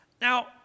Now